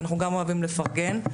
אנחנו גם אוהבים לפרגן,